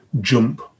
jump